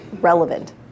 relevant